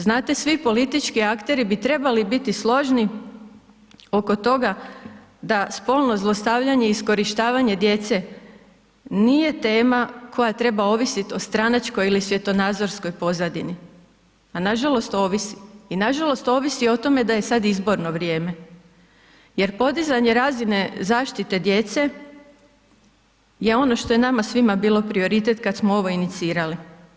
Znate, svi politički akteri bi trebali biti složni oko toga da spolno zlostavljanje i iskorištavanje djece nije tema koja treba ovisiti o stranačkoj ili svjetonazorskoj pozadini, a nažalost ovisi i nažalost ovisi o tome da je sad izborno vrijeme jer podizanje razine zaštite djece je ono što je nama svima bilo prioritet kad smo ovo inicirali.